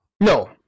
No